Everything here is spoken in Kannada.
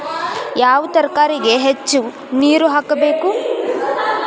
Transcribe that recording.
ಯಾವ ತರಕಾರಿಗೆ ಹೆಚ್ಚು ನೇರು ಬೇಕು?